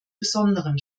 besonderen